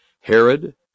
Herod